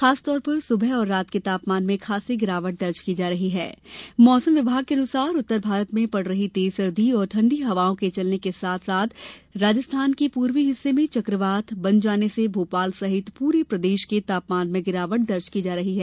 खासतौर पर सुबह और रात में तापमान में खासी गिरावट मौसम विभाग के अनुसार उत्तर भारत में पड़ रही तेज सर्दी और ठंडी हवाओं के चलने के साथ साथ राजस्थान के पूर्वी हिस्से में चक्रवात बन जाने से भोपाल सहित पूरे प्रदेश के तापमान में गिरावट दर्ज की जा रही है